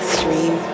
Stream